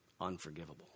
unforgivable